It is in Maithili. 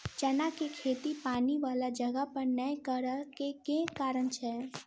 चना केँ खेती पानि वला जगह पर नै करऽ केँ के कारण छै?